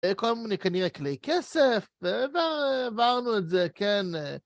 קודם כול, נקנה את כלי כסף, ועברנו את זה, כן.